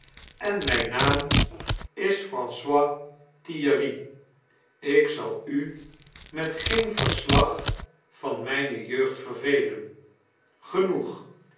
en mijn naam is francis thierry ik zal u met geen verslag van mijne jeugd vervelen genoeg